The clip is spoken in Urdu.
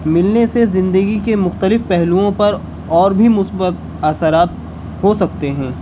ملنے سے زندگی کے مختلف پہلوؤں پر اور بھی مثبت اثرات ہو سکتے ہیں